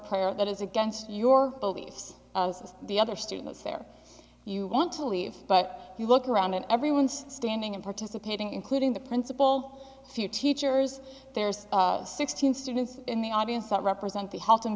player that is against your beliefs says the other students there you want to leave but you look around and everyone's standing and participating including the principal few teachers there's sixteen students in the audience that represent the whole t